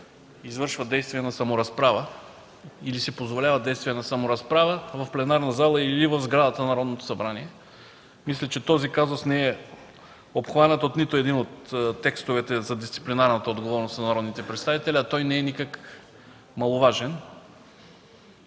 извършва действия на саморазправа или си позволява действия на саморазправа в пленарната зала, или в сградата на Народното събрание. Мисля, че този казус не е обхванат в нито един от текстовете за дисциплинарната отговорност на народните представители, а той не е никак маловажен.